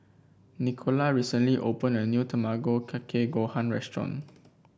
Nicola recently opened a new Tamago Kake Gohan restaurant